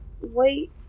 Wait